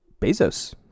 Bezos